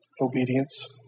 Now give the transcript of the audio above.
Obedience